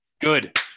Good